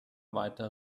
weiter